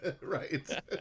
Right